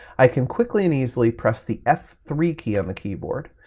i can quickly and easily press the f three key on the keyboard,